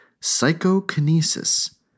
psychokinesis